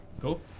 cool